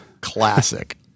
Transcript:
classic